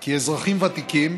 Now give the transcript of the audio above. כי אזרחים ותיקים